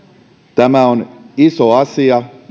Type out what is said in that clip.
tämä on iso asia